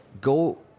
go